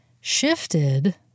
shifted